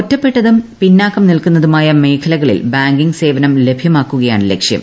ഒറ്റപ്പെട്ടതും പിന്നാക്കം നിൽക്കുന്നതുമായ മേഖലകളിൽ ബാങ്കിംഗ് സേവനം ലഭ്യമാക്കുകയാണ് ലക്ഷ്യം